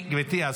גברתי,